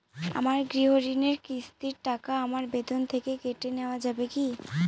আমার গৃহঋণের কিস্তির টাকা আমার বেতন থেকে কেটে নেওয়া যাবে কি?